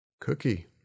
Cookie